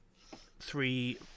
Three